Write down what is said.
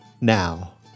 Now